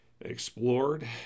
explored